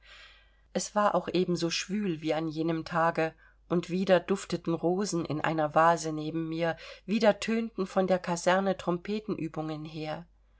es war auch eben so schwül wie an jenem tage und wieder dufteten rosen in einer vase neben mir wieder tönten von der kaserne trompetenübungen her